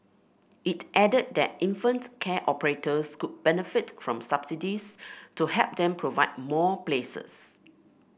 it added that infant care operators could benefit from subsidies to help them provide more places